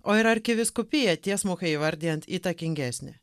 o ir arkivyskupija tiesmukai įvardijant įtakingesnė